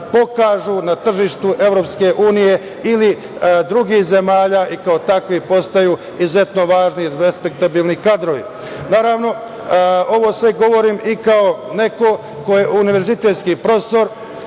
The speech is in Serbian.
pokažu na tržištu EU ili drugih zemalja i kao takvi postaju izuzetno važni i respektabilni kadrovi. Naravno, ovo sve govorim i kao neko ko je univerzitetski profesor,